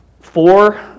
four